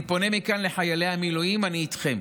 אני פונה מכאן לחיילי המילואים: אני איתכם